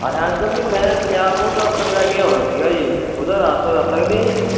ਅੱਛਾ ਅੰਕਲ ਜੀ ਮੈਂ ਪੰਜਾਬ ਬੋਰਡ ਦਫਤਰ ਜਾ ਕੇ ਆਉਣਾ ਸੀਗਾ ਜੀ ਉਹਦਾ ਰਸਤਾ ਦੱਸ ਸਕਦੇ ਆ ਜੀ